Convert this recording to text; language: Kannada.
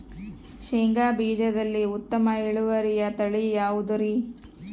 ಶೇಂಗಾ ಬೇಜದಲ್ಲಿ ಉತ್ತಮ ಇಳುವರಿಯ ತಳಿ ಯಾವುದುರಿ?